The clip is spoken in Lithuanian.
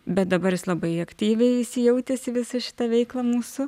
bet dabar jis labai aktyviai įsijautęs į visą šitą veiklą mūsų